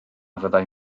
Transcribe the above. fyddai